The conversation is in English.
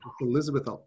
Elizabeth